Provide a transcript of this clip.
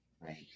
right